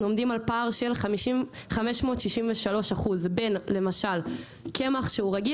אנחנו עומדים על פער של 563% בין למשל קמח שהוא רגיל